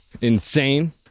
insane